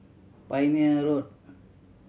Pioneer Road